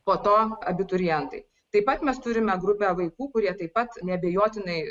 po to abiturientai taip pat mes turime grupę vaikų kurie taip pat neabejotinai